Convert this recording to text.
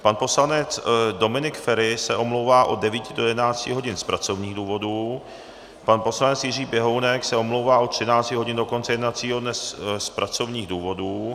Pan poslanec Dominik Feri se omlouvá od 9 do 11 hodin z pracovních důvodů, pan poslanec Jiří Běhounek se omlouvá od 13 hodin do konce jednacího dne z pracovních důvodů.